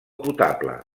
potable